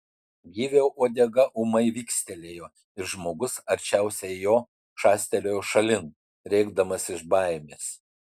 gyvio uodega ūmai vikstelėjo ir žmogus arčiausiai jo šastelėjo šalin rėkdamas iš baimės